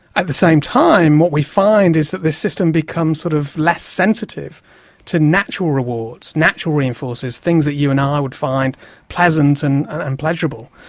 at the same time, what we find is that this system becomes sort of less sensitive to natural rewards, natural reinforcers, things that you and i would find pleasant and and pleasurable.